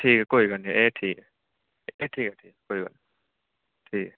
ठीक ऐ कोई गल्ल नी एह् ठीक ऐ ए ठीक ऐ ठीक ऐ कोई गल्ल नी ठीक ऐ